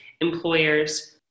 employers